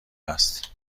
است